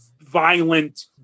violent